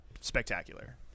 spectacular